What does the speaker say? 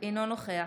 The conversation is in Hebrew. אינו נוכח